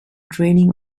training